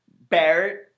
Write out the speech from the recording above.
Barrett